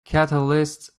catalysts